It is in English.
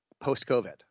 post-COVID